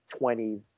20s